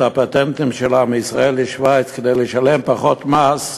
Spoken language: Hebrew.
הפטנטים שלה מישראל לשווייץ כדי לשלם פחות מס,